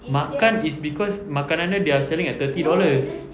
makan is because makanan dia they are selling at thirty dollars